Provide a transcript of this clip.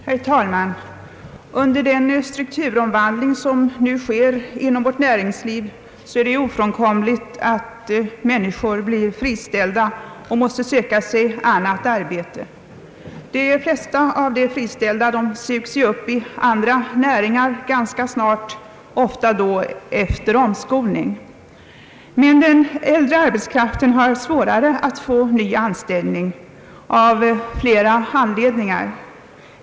Herr talman! Under den strukturomvandling som nu sker inom vårt näringsliv är det ofrånkomligt att människor blir friställda och måste söka sig annat arbete. De flesta av de friställda sugs upp inom andra näringar ganska snart, ofta då efter omskolning. Men den äldre arbetskraften har av flera anledningar svårare att få ny anställning.